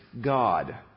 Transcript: God